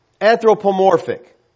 anthropomorphic